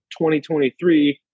2023